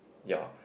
ya